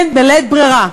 כן, בלית ברירה.